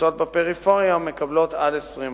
עמותות בפריפריה מקבלות תמיכה של עד